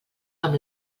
amb